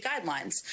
guidelines